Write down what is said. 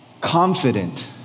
confident